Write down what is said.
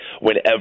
whenever